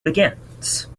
begins